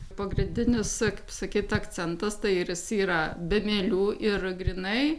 pagrindinis ak pasakyt akcentas tai ir jis yra be mielių ir grynai